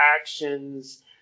actions